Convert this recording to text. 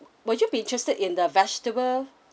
would you be interested in the vegetable